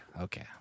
okay